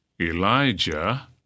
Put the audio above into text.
Elijah